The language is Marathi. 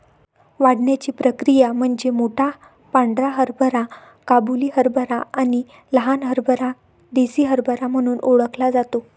वाढण्याची प्रक्रिया म्हणजे मोठा पांढरा हरभरा काबुली हरभरा आणि लहान हरभरा देसी हरभरा म्हणून ओळखला जातो